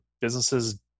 businesses